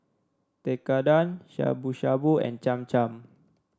Tekkadon Shabu Shabu and Cham Cham